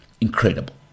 incredible